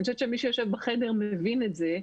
אני חושבת שמי שיושב בחדר מבין את זה,